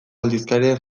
aldizkariaren